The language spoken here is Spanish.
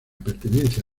pertenencia